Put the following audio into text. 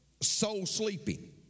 soul-sleeping